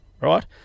Right